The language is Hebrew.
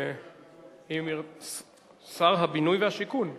שר השיקוי והבינוי.